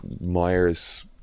Myers